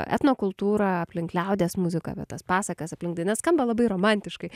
etnokultūrą aplink liaudies muziką vietas pasakas aplink dainas skamba labai romantiškai